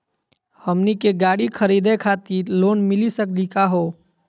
हमनी के गाड़ी खरीदै खातिर लोन मिली सकली का हो?